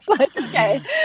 okay